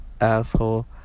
asshole